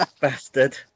bastard